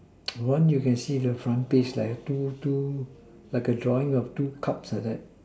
one you can see the front page like two two like the drawing of two cups like that